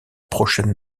prochaine